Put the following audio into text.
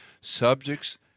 subjects